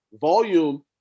Volume